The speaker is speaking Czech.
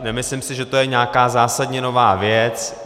Nemyslím si, že to je nějaká zásadně nová věc.